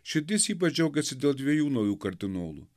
širdis ypač džiaugėsi dėl dviejų naujų kardinolų